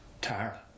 Tara